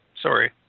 Sorry